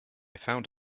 found